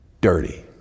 dirty